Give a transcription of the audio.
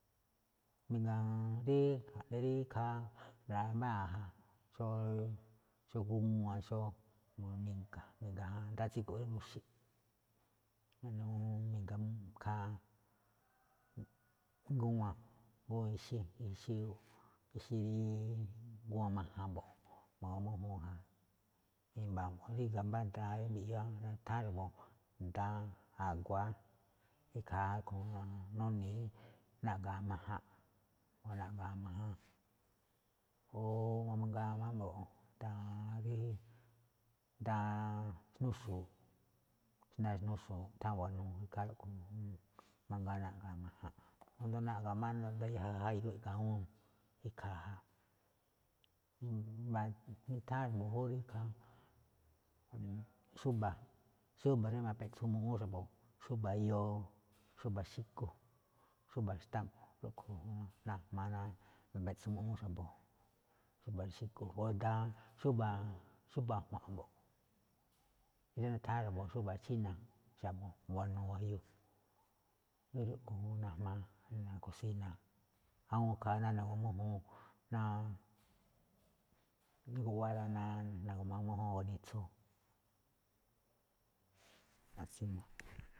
rí ja̱ꞌne rí ikhaa ra̱ꞌmáa̱, xó gúwan, xó mi̱ga̱ ná tsígo̱nꞌ rí nuxe̱ꞌ, mi̱ga̱ ikhaa gúwan, gúwúun ixí, ixí rí o gúwan majan mbo̱ꞌ ma̱gu̱ma̱ mújúun ja. I̱mba̱ mbu̱júꞌ ríga̱ mbá daan rí nutháán xa̱bo̱ daan a̱gua̱á, ikhaa rúꞌkhue̱n nuni̱i̱ rí naꞌga̱a̱ majan, naꞌga̱a̱ majan. O mangaa máꞌ mbo̱ꞌ daan rí, daan xnuxu̱u̱ꞌ, daan xnuxu̱u̱ꞌ itháán xa̱bo̱ buanuu, ikhaa rúꞌkhue̱n ñajuun, naꞌga̱a̱ majan, naꞌga̱a̱ máꞌ yaja jayu awúun ne̱ ikhaa. nutháán xa̱bo̱ jú rí ikhaa ju̱ꞌuun xúba̱, xúba̱ rí ma̱peꞌtso muꞌúún xa̱bo̱, xúba̱ yoo, xúba̱ xe̱go̱, xúba̱ xtá mbo̱ꞌ rúꞌkhue̱n juun najmaa ná napeꞌtso muꞌúún xa̱bo̱ xúba̱ rí xígu o daan, xúba̱, xúba̱ ajua̱nꞌ mbo̱ꞌ, rí nutháán xa̱bo̱ xúba̱ chína̱ xa̱bo̱ buanuu wajiúú, jamí xúꞌkhue̱n najmaa ná kosína̱, awúun ikhaa ná na̱gu̱ma mújúun ná guꞌwá rá ná na̱gu̱ma mújúun guanitsu.